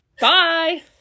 bye